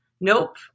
Nope